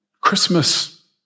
Christmas